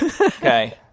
Okay